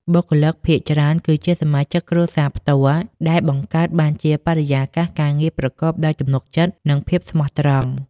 បុគ្គលិកភាគច្រើនគឺជាសមាជិកគ្រួសារផ្ទាល់ ដែលបង្កើតបានជាបរិយាកាសការងារប្រកបដោយ ទំនុកចិត្ត និងភាពស្មោះត្រង់។